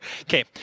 Okay